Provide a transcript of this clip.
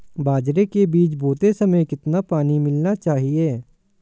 बाजरे के बीज बोते समय कितना पानी मिलाना चाहिए?